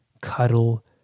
cuddle